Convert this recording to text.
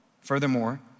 Furthermore